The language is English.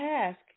task